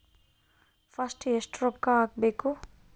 First ಎಷ್ಟು ರೊಕ್ಕ ಹಾಕಬೇಕು?